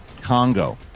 Congo